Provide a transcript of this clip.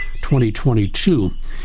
2022